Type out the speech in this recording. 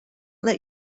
let